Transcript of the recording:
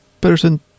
person